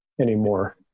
anymore